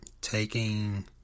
taking